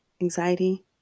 anxiety